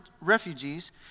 refugees